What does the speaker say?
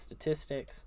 statistics